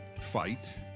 fight